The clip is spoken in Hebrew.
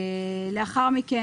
לאחר מכן,